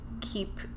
keep